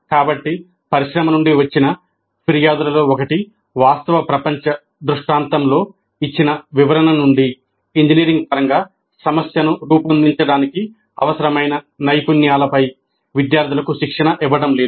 కాబట్టి పరిశ్రమ నుండి వచ్చిన ఫిర్యాదులలో ఒకటి వాస్తవ ప్రపంచ దృష్టాంతంలో ఇచ్చిన వివరణ నుండి ఇంజనీరింగ్ పరంగా సమస్యను రూపొందించడానికి అవసరమైన నైపుణ్యాలపై విద్యార్థులకు శిక్షణ ఇవ్వడం లేదు